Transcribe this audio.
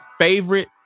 Favorite